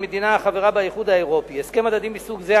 מדינה החברה באיחוד האירופי הסכם הדדי מסוג זה,